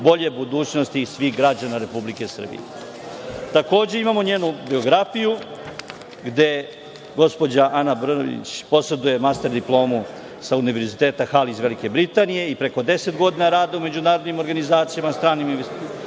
bolje budućnosti svih građana Republike Srbije. Takođe imamo njenu biografiju gde gospođa Ana Brnabić poseduje master diplomu sa Univerziteta Hal iz Velike Britanije i preko deset godina rada u međunarodnim organizacijama, stranim ktitorima,